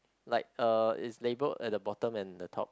like uh it's labelled at the bottom and the top